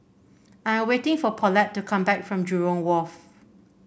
I'm waiting for Paulette to come back from Jurong Wharf